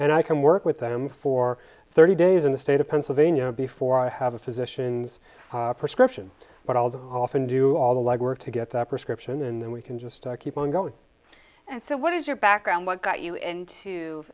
and i can work with them for thirty days in the state of pennsylvania before i have a physician's prescription but i was often do all the legwork to get that prescription and then we can just keep on going and so what is your background what got you into